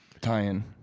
tie-in